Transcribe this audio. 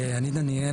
שמי דניאל,